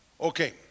Okay